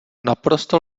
naprosto